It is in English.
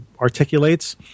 articulates